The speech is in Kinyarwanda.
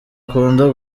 ukunda